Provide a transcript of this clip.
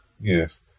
Yes